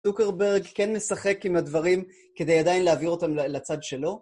סוקרברג כן משחק עם הדברים כדי עדיין להעביר אותם לצד שלו?